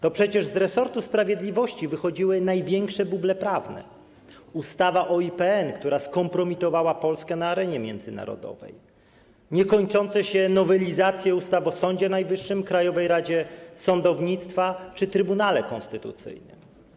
To przecież z resortu sprawiedliwości wychodziły największe buble prawne: ustawa o IPN, która skompromitowała Polskę na arenie międzynarodowej, niekończące się nowelizacje ustaw o Sądzie Najwyższym, Krajowej Radzie Sądownictwa czy Trybunale Konstytucyjnym.